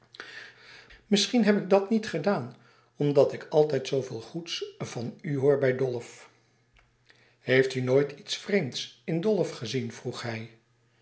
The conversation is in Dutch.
misschien heb ik dat niet gedaan omdat ik altijd zooveel goeds van u hoor bij dolf heeft u nooit iets vreemds in dolf gezien vroeg hij